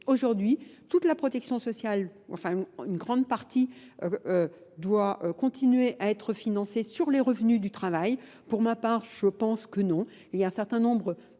Aujourd'hui, toute la protection sociale, enfin une grande partie, doit continuer à être financée sur les revenus du travail. Pour ma part, je pense que non. Il y a un certain nombre